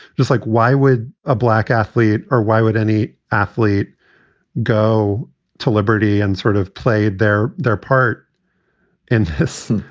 just like why would a black athlete or why would any athlete go to liberty and sort of play their their part in this,